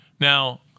Now